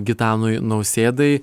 gitanui nausėdai